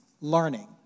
learning